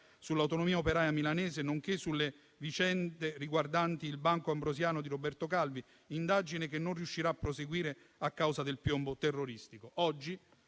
sull'autonomia operaia milanese, nonché sulle vicende riguardanti il Banco Ambrosiano di Roberto Calvi, indagine che non riuscirà a proseguire a causa del piombo terroristico.